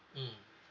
mmhmm